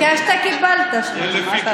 ביקשת, קיבלת, שלמה.